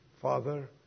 Father